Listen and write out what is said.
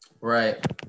Right